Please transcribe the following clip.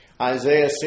Isaiah